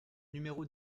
numéro